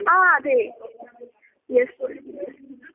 हा अदे येस्